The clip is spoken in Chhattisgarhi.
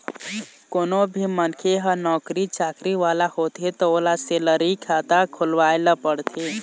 कोनो भी मनखे ह नउकरी चाकरी वाला होथे त ओला सेलरी खाता खोलवाए ल परथे